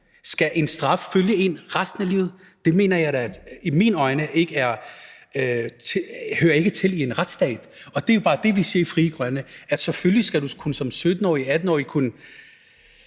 Skal en straf følge en resten af livet? Det hører da i mine øjne ikke til i en retsstat: Og der er det jo bare, vi i Frie Grønne siger: Selvfølgelig skal du som 17-årig, som 18-årig kunne